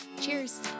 Cheers